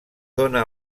dóna